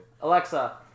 Alexa